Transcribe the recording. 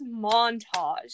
montage